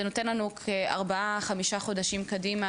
זה נותן לנו כארבעה-חמישה חודשים קדימה,